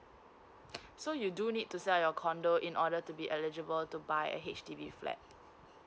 so you do need to sell your condo in order to be eligible to buy a H_D_B flat